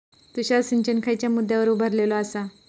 तुषार सिंचन खयच्या मुद्द्यांवर उभारलेलो आसा?